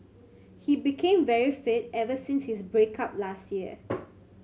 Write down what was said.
he became very fit ever since his break up last year